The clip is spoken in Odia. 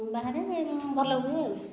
ବାହାରେ ଭଲ ହୁଏ ଆଉ